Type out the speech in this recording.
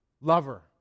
lover